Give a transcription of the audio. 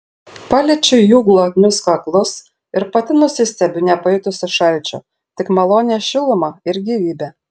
paliečiu jų glotnius kaklus ir pati nusistebiu nepajutusi šalčio tik malonią šilumą ir gyvybę